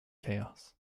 chaos